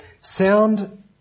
sound